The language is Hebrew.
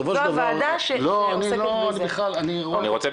דרך אגב,